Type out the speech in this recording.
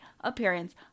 appearance